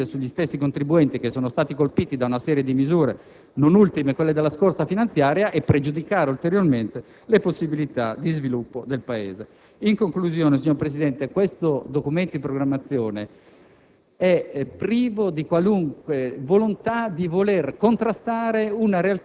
significa incentivare la crescita della tassazione e quindi gravare ulteriormente sugli stessi contribuenti (già colpiti da una serie di misure, non ultime quelle della scorsa finanziaria) e pregiudicare ancor di più le possibilità di sviluppo del Paese. In conclusione, signor Presidente, questo Documento di programmazione